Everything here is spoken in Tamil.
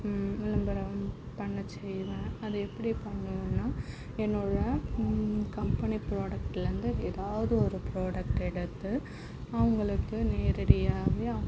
விளம்பரம் பண்ண செய்வேன் அது எப்படி பண்ணுவேனால் என்னோட கம்பனி ப்ராடக்ட்டில் வந்து எதாவது ஒரு ப்ராடக்கு எடுத்து அவங்களுக்கு நேரடியாகவே